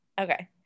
Okay